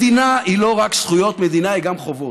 מדינה היא לא רק זכויות, מדינה היא גם חובות,